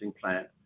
plant